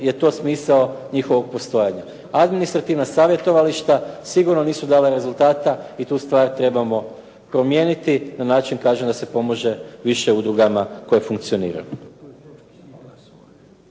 je to smisao njihovog postojanja. Administrativna savjetovališta sigurno nisu dala rezultata i tu stvar trebamo promijeniti na način kažem da se pomaže više udrugama koje funkcioniraju.